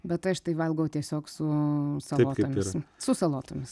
bet aš tai valgau tiesiog su salotomis su salotomis